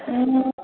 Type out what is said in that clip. ए